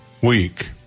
Week